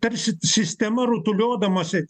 tarsi sistema rutuliodamasi